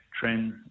trends